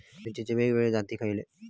मिरचीचे वेगवेगळे जाती खयले?